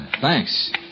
thanks